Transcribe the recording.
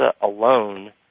alone